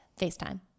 facetime